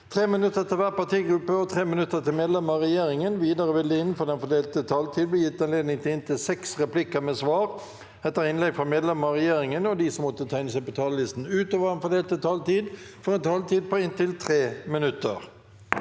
3 minutter til hver partigruppe og 3 minutter til medlemmer av regjeringen. Videre vil det – innenfor den fordelte taletid – bli gitt anledning til inntil seks replikker med svar etter innlegg fra medlemmer av regjeringen. De som måtte tegne seg på talerlisten utover den fordelte taletid, får også en taletid på inntil 3 minutter.